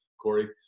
Corey